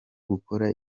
gukora